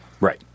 right